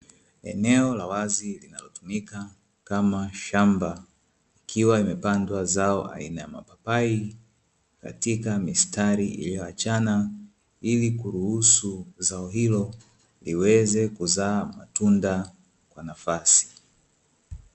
Eneo la wazi linalotumika kama shamba likiwa limepandwa zao aina ya mapapai katika mistari. iliyoachana ili kuruhusu zao hilo liweze kuzaa matunda kwa nafasi.